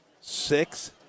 six